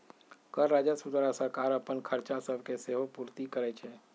कर राजस्व द्वारा सरकार अप्पन खरचा सभके सेहो पूरति करै छै